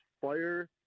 fire